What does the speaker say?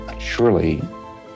Surely